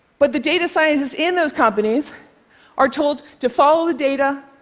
but the data scientists in those companies are told to follow the data,